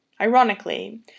Ironically